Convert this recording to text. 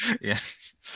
Yes